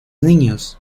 niños